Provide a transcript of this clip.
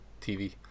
TV